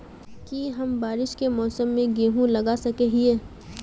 की हम बारिश के मौसम में गेंहू लगा सके हिए?